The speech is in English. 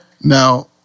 Now